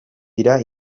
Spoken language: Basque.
dira